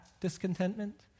discontentment